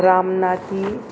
Ramnathi